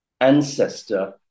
ancestor